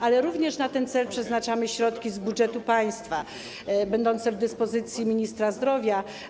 Ale również na ten cel przeznaczamy środki z budżetu państwa, będące w dyspozycji ministra zdrowia.